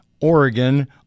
Oregon